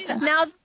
now